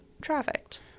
trafficked